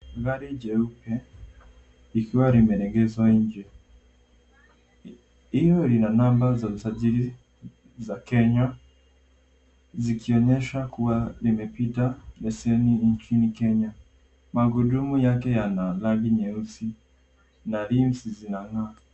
Gari jeupe, likiwa limelegezwa nje, hio ina namba za usajili za Kenya, zikionyesha kuwa zimepita leseni nchini Kenya. Magurudumu yake yana rangi nyeusi na rims zinang'aa.